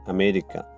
America